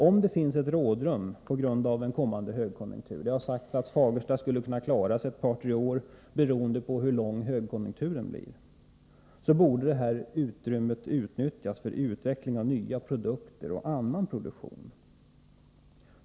Om det finns ett rådrum på grund av den kommande högkonjunkturen — det har ju sagts att Fagersta skulle kunna klara sig ett par tre år, beroende på hur lång högkonjunkturen blir — borde detta utrymme utnyttjas för utveckling av nya produkter och annan produktion.